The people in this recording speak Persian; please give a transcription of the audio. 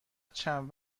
چند